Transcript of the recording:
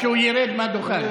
כשהוא ירד מהדוכן.